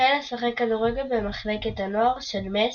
החל לשחק כדורגל במחלקת הנוער של מ.ס.